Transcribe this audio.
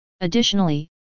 Additionally